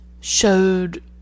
showed